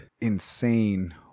insane